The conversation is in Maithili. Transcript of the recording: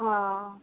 हँ